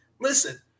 Listen